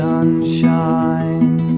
Sunshine